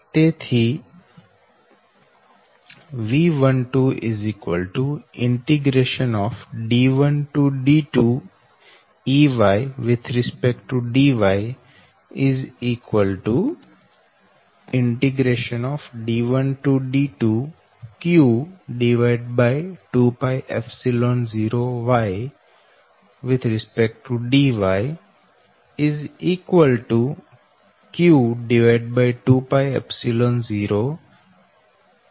તેથી V12 D1D2Ey dy D1D2q20y dy q20ln D2D1વોલ્ટ થશે